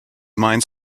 mines